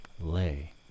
lay